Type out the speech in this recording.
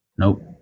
Nope